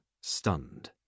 stunned